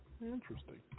Interesting